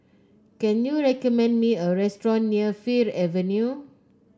can you recommend me a restaurant near Fir Avenue